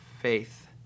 faith